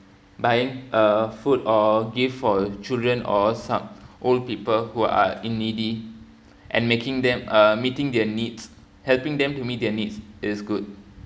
buying a food or gift for children or some old people who are uh needy and making them uh meeting their needs helping them to meet their needs is good